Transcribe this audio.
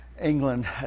England